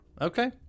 Okay